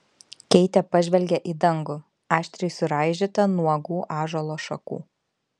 keitė pažvelgė į dangų aštriai suraižytą nuogų ąžuolo šakų